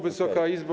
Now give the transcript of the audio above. Wysoka Izbo!